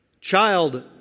Child